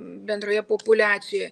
bendroje populiacijoje